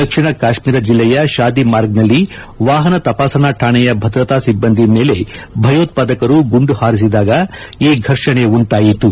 ದಕ್ಷಿಣ ಕಾಶ್ಮೀರ ಜಿಲ್ಲೆಯ ಶಾದಿ ಮಾರ್ಗ್ನಲ್ಲಿ ವಾಹನ ತಪಾಸಣಾ ಠಾಣೆಯ ಭದ್ರತಾ ಸಿಬ್ಬಂದಿ ಮೇಲೆ ಭಯೋತ್ವಾದಕರು ಗುಂಡು ಹಾರಿಸಿದಾಗ ಈ ಫರ್ಷಣೆ ಉಂಟಾಯಿತು